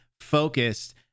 focused